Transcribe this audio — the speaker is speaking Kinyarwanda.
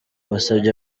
basabye